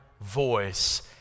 voice